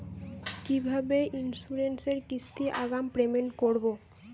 কিভাবে ইন্সুরেন্স এর কিস্তি আগাম পেমেন্ট করবো?